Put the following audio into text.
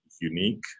unique